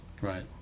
Right